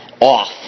off